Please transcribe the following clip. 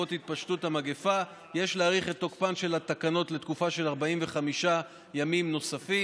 המדינה, במקום המיועד, גם מברוקלין.